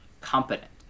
competent